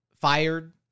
fired